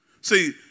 See